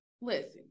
Listen